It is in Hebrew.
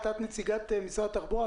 את נציגת משרד התחבורה,